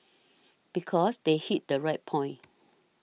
because they hit the right point